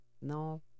No